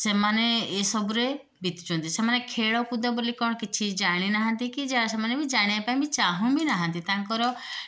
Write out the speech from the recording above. ସେମାନେ ଏ ସବୁରେ ଦେଖୁଛନ୍ତି ସେମାନେ ଖେଳକୁଦ ବୋଲି କ'ଣ କିଛି ଜାଣି ନାହାଁନ୍ତି କି ସେମାନେ ବି ଜାଣିବା ପାଇଁ ବି ଚାହୁଁ ବି ନାହାଁନ୍ତି ତାଙ୍କର